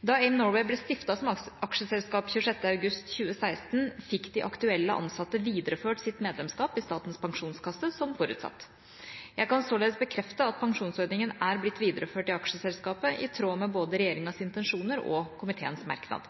Da AIM Norway ble stiftet som aksjeselskap den 26. august 2016, fikk de aktuelle ansatte videreført sitt medlemskap i Statens pensjonskasse, SPK, som forutsatt. Jeg kan således bekrefte at pensjonsordningen er blitt videreført i aksjeselskapet i tråd med både regjeringas intensjoner og komiteens merknad.